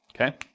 Okay